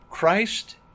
Christ